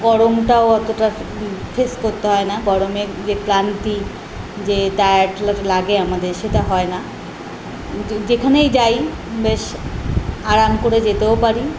গরমটাও অতটা ফেস করতে হয় না গরমের যে ক্লান্তি যে টায়ার্ড লাগে আমাদের সেটা হয় না যেখানেই যাই বেশ আরাম করে যেতেও পারি